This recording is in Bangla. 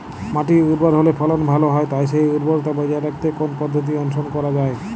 মাটি উর্বর হলে ফলন ভালো হয় তাই সেই উর্বরতা বজায় রাখতে কোন পদ্ধতি অনুসরণ করা যায়?